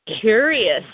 curious